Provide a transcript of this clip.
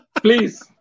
Please